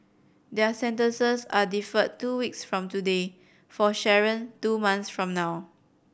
their sentences are deferred two weeks from today for Sharon two months from now